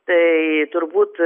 tai turbūt